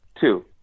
two